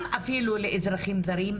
גם אפילו לאזרחים זרים,